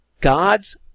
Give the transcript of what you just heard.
God's